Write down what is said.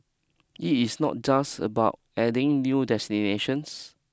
it is not just about adding new destinations